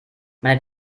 meine